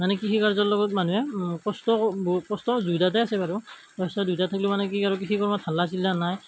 মানে কৃষিকাৰ্যৰ লগত মানুহে কষ্ট বহুত কষ্ট দুয়োটাতে আছে বাৰু কষ্ট দুইটাত থাকিলেও মানে কি আৰু কৃষিকৰ্মত হাল্লা চিল্লা নাই